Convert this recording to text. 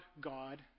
God